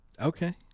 Okay